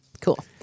cool